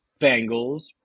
Bengals